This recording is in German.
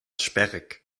sperrig